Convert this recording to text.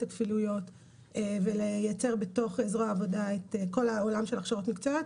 הכפילויות ולייצר בתוך זרוע העבודה את כל העולם של הכשרות מקצועיות,